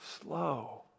slow